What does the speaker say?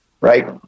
Right